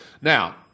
Now